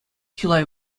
чылай